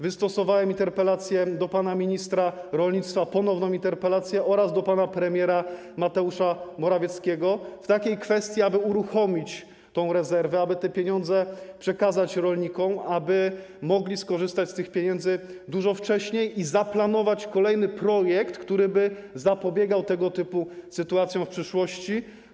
Wystosowałem interpelację do pana ministra rolnictwa, ponowną interpelację oraz do pana premiera Mateusza Morawieckiego w takiej kwestii, aby uruchomić tę rezerwę, aby pieniądze przekazać rolnikom, aby mogli skorzystać z tych pieniędzy dużo wcześniej, i aby zaplanować kolejny projekt, który by zapobiegał tego typu sytuacjom w przyszłości.